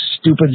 stupid